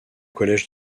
collège